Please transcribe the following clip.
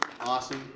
awesome